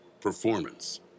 performance